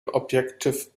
objective